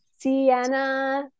Sienna